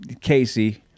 Casey